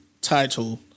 title